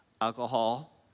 alcohol